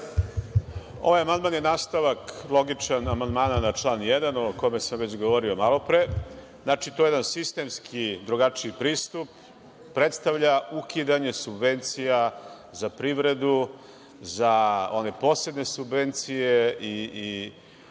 Ovaj amandman je logičan nastavak amandmana na član 1. o kome sam govorio malo pre. Znači, to je jedan sistemski, drugačiji pristup. Predstavlja ukidanje subvencija za privredu, za one posebne subvencije i